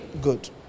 good